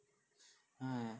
!haiya!